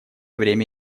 время